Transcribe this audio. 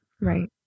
Right